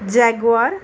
jaguar